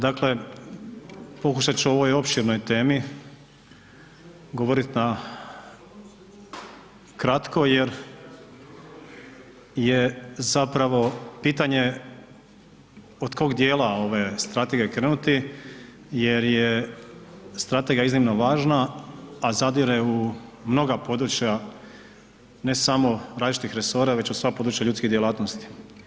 Dakle, pokušat ću o ovoj opširnoj temi govoriti kratko jer je zapravo pitanje od kog dijela ove strategije krenuti jer je strategija iznimno važna, a zadire u mnoga područja ne samo različitih resora već u sva područja ljudskih djelatnosti.